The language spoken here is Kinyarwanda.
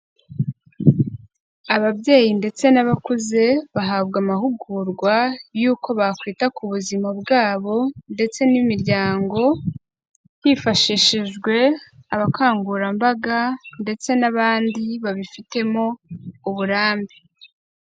Ababyeyi ndetse n'abakuze bahabwa amahugurwa y'uko bakwita ku buzima bwabo ndetse n'imiryango, hifashishijwe abakangurambaga ndetse n'abandi babifitemo uburambe.